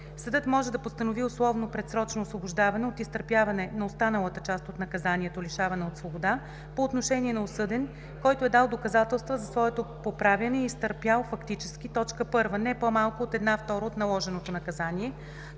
Съдът може да постанови условно предсрочно освобождаване от изтърпяване на останалата част от наказанието лишаване от свобода по отношение на осъден, който е дал доказателства за своето поправяне и е изтърпял фактически: 1. не по-малко от една втора от наложеното наказание;